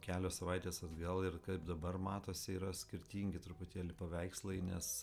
kelios savaitės atgal ir kaip dabar matosi yra skirtingi truputėlį paveikslai nes